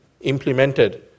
implemented